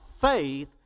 faith